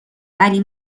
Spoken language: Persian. ولی